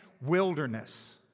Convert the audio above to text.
wilderness